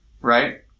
right